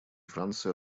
франция